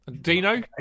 Dino